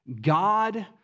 God